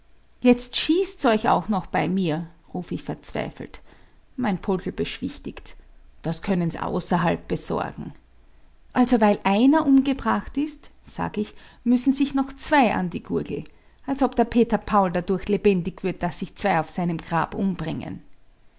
jetzt schießt's euch auch noch bei mir ruf ich verzweifelt mein poldl beschwichtigt das können's außerhalb besorgen also weil einer umgebracht ist sag ich müssen sich noch zwei an die gurgel als ob der peter paul dadurch lebendig würd daß sich zwei auf seinem grab umbringen